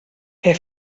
què